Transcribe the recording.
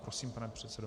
Prosím, pane předsedo.